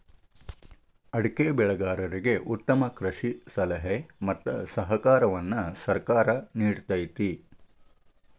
ಅಡಿಕೆ ಬೆಳೆಗಾರರಿಗೆ ಉತ್ತಮ ಕೃಷಿ ಸಲಹೆ ಮತ್ತ ಸಹಕಾರವನ್ನು ಸರ್ಕಾರ ನಿಡತೈತಿ